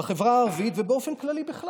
בחברה הערבית ובאופן כללי, בכלל.